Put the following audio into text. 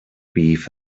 beef